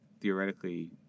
theoretically